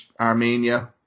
Armenia